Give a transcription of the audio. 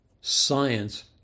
Science